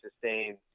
sustain